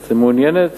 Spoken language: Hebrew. את מעוניינת?